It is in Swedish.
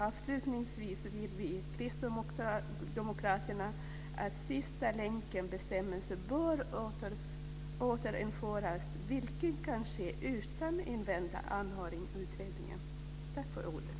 Avslutningsvis vill jag säga att vi kristdemokrater anser att sista-länken-bestämmelsen bör återinföras, vilket kan ske utan att man inväntar Tack för ordet!